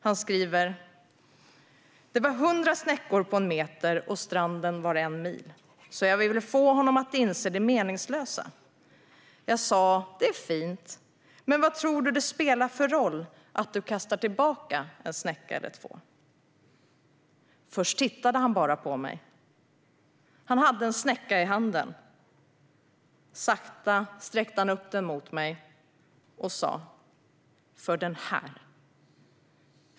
Han skriver: Det var hundra snäckor på en meter, och stranden var en mil, så jag ville få honom att inse det meningslösa. Jag sa: Det är fint, men vad tror du att det spelar för roll att du kastar tillbaka en snäcka eller två? Först tittade han bara på mig. Han hade en snäcka i handen. Sakta sträckte han upp den mot mig och sa: För den här.